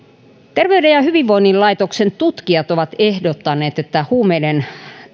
terveyden ja hyvinvoinnin laitoksen tutkijat ovat ehdottaneet että huumeiden